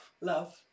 Love